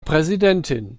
präsidentin